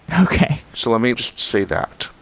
okay. so let me just say that.